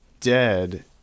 dead